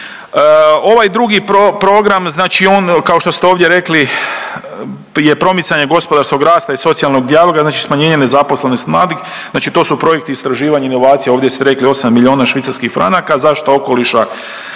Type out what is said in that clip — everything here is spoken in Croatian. Ovaj drugi program, znači on kao što ste ovdje rekli je promicanje gospodarskog rasta i socijalnog dijaloga, znači smanjenje nezaposlenosti mladih, znači to su projekti istraživanje i inovacije, ovdje ste rekli 8 milijuna švicarskih franaka, zaštita okoliša